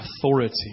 authority